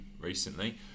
recently